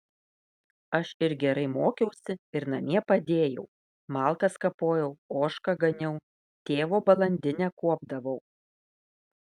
aš ir gerai mokiausi ir namie padėjau malkas kapojau ožką ganiau tėvo balandinę kuopdavau